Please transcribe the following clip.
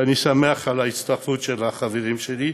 ואני שמח על ההצטרפות של החברים שלי,